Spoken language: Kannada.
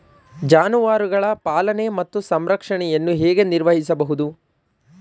ಜಾನುವಾರುಗಳ ಪಾಲನೆ ಮತ್ತು ಸಂರಕ್ಷಣೆಯನ್ನು ಹೇಗೆ ನಿರ್ವಹಿಸಬಹುದು?